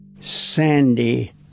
Sandy